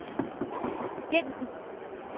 ᱪᱮᱫ